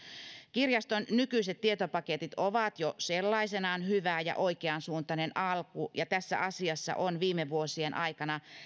kirjaston nykyiset tietopaketit ovat jo sellaisenaan hyvä ja oikeansuuntainen alku ja tässä asiassa on viime vuosien aikana